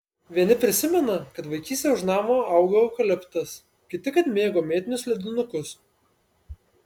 vieni prisimena kad vaikystėje už namo augo eukaliptas kiti kad mėgo mėtinius ledinukus